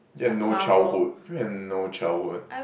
you have no childhood you have no childhood one